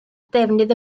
defnydd